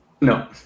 No